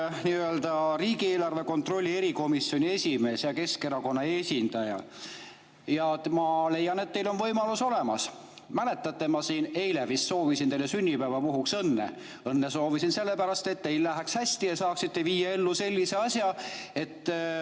riigieelarve kontrolli erikomisjoni esimees ja Keskerakonna esindaja. Ma leian, et teil on võimalus olemas. Mäletate, ma siin eile vist soovisin teile sünnipäeva puhul õnne? Õnne soovisin sellepärast, et teil läheks hästi ja te saaksite viia ellu sellise asja, et